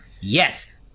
Yes